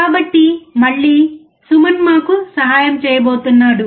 కాబట్టి మళ్ళీ సుమన్ మాకు సహాయం చేయబోతున్నాడు